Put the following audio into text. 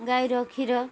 ଗାଈର କ୍ଷୀର